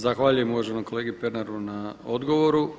Zahvaljujem uvaženom kolegi Pernaru na odgovoru.